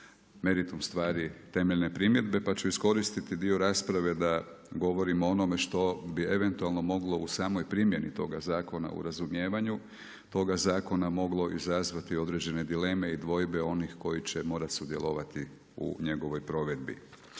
meritum stvari temeljne primjedbe, pa ću iskoristiti dio rasprave da govorim o onome što bi eventualno moglo u samoj primjeni toga zakona u razumijevanju toga zakona moglo izazvati određene dileme i dvojbe onih koji će morati sudjelovati u njegovoj provedbi.